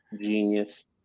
genius